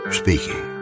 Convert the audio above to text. speaking